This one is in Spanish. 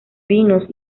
vinos